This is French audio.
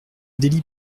délit